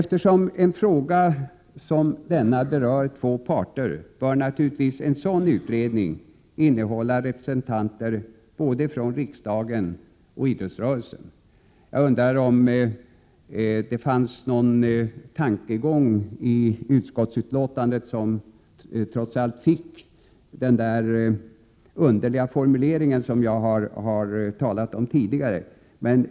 Eftersom en fråga som denna berör två parter bör naturligtvis en utredning av det slag vi föreslår innehålla representanter både från riksdagen och idrottsrörelsen. Jag undrar om det fanns någon tankegång bakom utskottets betänkande som fick den underliga formulering jag har talat om tidigare.